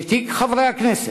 ותיק חברי הכנסת,